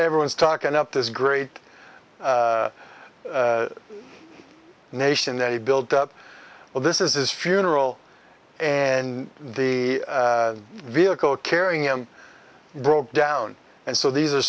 everyone's talking up this great nation that he built up well this is his funeral and the vehicle carrying him broke down and so these are